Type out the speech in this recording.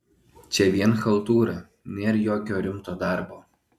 čia vien chaltūra nėr jokio rimto darbo